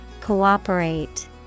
Cooperate